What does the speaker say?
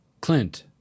Clint